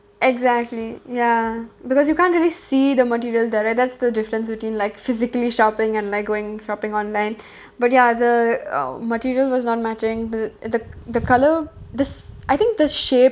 exactly ya because you can't really see the material there right that's the difference between like physically shopping and like going shopping online but ya the um material was not matching the the the colour the s~ I think the shape